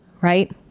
right